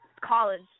college